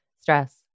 Stress